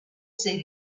see